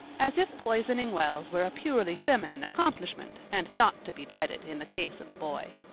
as if poisoning wells were a purely feminine accomplishment and not to be dreaded in the case of a boy.